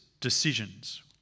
decisions